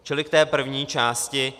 Čili k té první části.